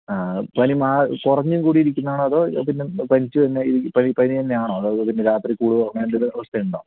പനി കുറഞ്ഞും കൂടിയും ഇരിക്കുന്നതാണോ അതോ പിന്നെ പനിച്ച് കഴിഞ്ഞാൽ ഈ പനി പനിതന്നെ ആണോ അതോ പിന്നെ രാത്രി കൂടുമോ അങ്ങനെയെന്തെങ്കിലും അവസ്ഥയുണ്ടോ